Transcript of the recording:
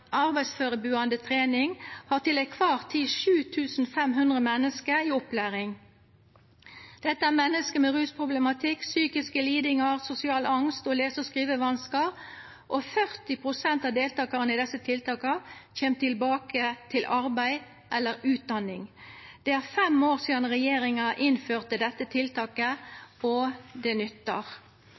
trening har til kvar tid 7 500 menneske i opplæring. Dette er menneske med rusproblematikk, psykiske lidingar, sosial angst og lese- og skrivevanskar. 40 pst. av deltakarane i dette tiltaket kjem tilbake til arbeid eller utdanning. Det er fem år sidan regjeringa innførte dette tiltaket, og det nyttar!